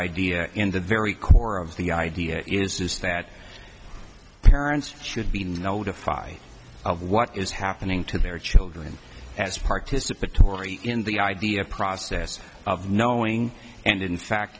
idea in the very core of the idea is this that parents should be notified of what is happening to their children as participatory in the idea process of knowing and in fact